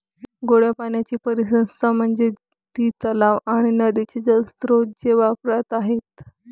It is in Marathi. गोड्या पाण्याची परिसंस्था म्हणजे ती तलाव आणि नदीचे जलस्रोत जे वापरात आहेत